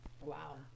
wow